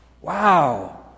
Wow